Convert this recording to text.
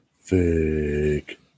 fake